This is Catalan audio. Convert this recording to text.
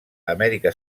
amèrica